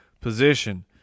position